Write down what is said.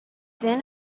then